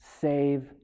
save